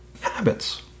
habits